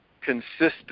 consistent